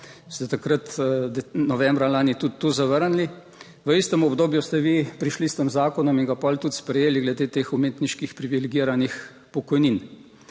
ste takrat, novembra lani tudi to zavrnili, v istem obdobju ste vi prišli s tem zakonom in ga potem tudi sprejeli glede teh umetniških privilegiranih pokojnin.